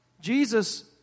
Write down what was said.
Jesus